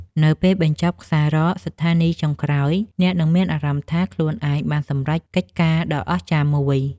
នៅពេលបញ្ចប់ខ្សែរ៉កស្ថានីយចុងក្រោយ អ្នកនឹងមានអារម្មណ៍ថាខ្លួនឯងបានសម្រេចកិច្ចការដ៏អស្ចារ្យមួយ។